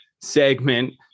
segment